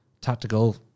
tactical